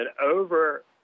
over